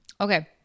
Okay